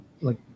like-